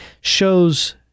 shows